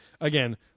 again